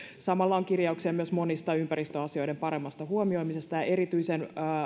samalla on kirjauksia myös monien ympäristöasioiden paremmasta huomioimisesta ja erityisen